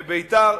בביתר,